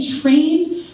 trained